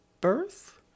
birth